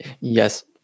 Yes